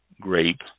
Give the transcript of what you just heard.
grape